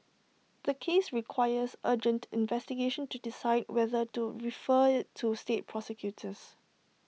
the case requires urgent investigation to decide whether to refer IT to state prosecutors